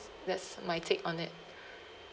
that's my take on it